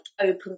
open